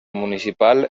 municipal